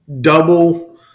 double